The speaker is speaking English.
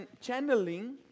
channeling